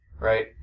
right